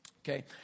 Okay